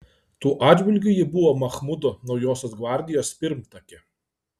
tuo atžvilgiu ji buvo machmudo naujosios gvardijos pirmtakė